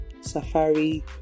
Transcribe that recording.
safari